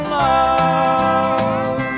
love